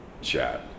chat